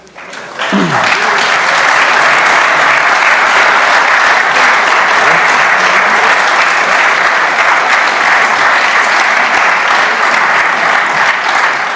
Hvala.